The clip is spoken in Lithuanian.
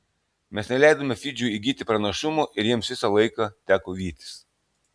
mes neleidome fidžiui įgyti pranašumo ir jiems visą laiką teko vytis